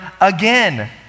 again